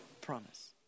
promise